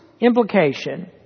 implication